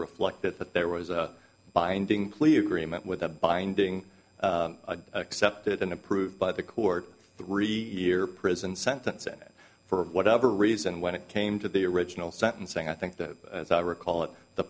reflected that there was a binding plea agreement with a binding excepted and approved by the court three year prison sentence that for whatever reason when it came to the original sentencing i think that as i recall it the